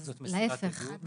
אז להיפך,